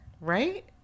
Right